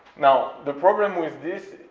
now, the problem with this,